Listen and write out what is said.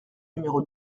numéro